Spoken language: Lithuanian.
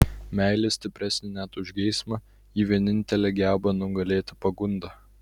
meilė stipresnė net už geismą ji vienintelė geba nugalėti pagundą